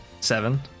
Seven